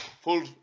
full